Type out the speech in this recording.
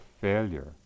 failure